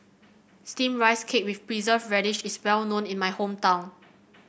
steam Rice Cake with preserve radish is well known in my hometown